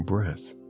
breath